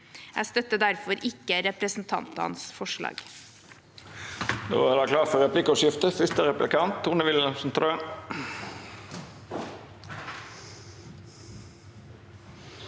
Jeg støtter derfor ikke representantenes forslag.